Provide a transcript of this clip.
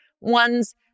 one's